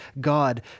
God